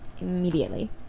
Immediately